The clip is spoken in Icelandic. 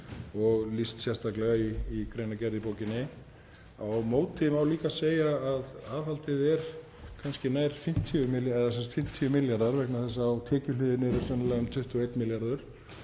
og lýst sérstaklega í greinargerð í bókinni. Á móti má líka segja að aðhaldið er kannski 50 milljarðar vegna þess að á tekjuhliðinni er sennilega um 21 milljarður.